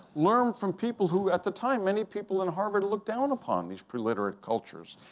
learn from people, who at the time, many people in harvard looked down upon these preliterate cultures.